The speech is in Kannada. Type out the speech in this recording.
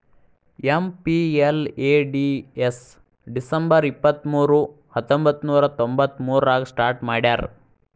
ಎಂ.ಪಿ.ಎಲ್.ಎ.ಡಿ.ಎಸ್ ಡಿಸಂಬರ್ ಇಪ್ಪತ್ಮೂರು ಹತ್ತೊಂಬಂತ್ತನೂರ ತೊಂಬತ್ತಮೂರಾಗ ಸ್ಟಾರ್ಟ್ ಮಾಡ್ಯಾರ